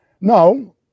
No